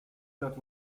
that